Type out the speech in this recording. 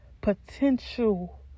potential